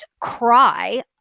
cry